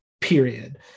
period